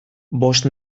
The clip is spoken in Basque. bost